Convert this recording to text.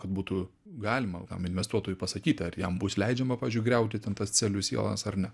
kad būtų galima tam investuotojui pasakyti ar jam bus leidžiama pavyzdžiui griauti ten tas celių sielas ar ne